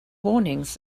warnings